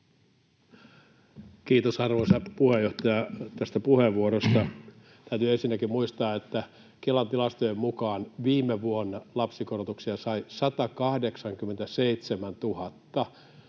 Kiitos, arvoisa puheenjohtaja, tästä puheenvuorosta! Täytyy ensinnäkin muistaa, että Kelan tilastojen mukaan viime vuonna lapsikorotuksia sai 187 000